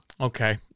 Okay